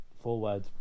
forward